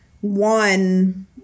One